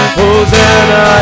Hosanna